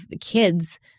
kids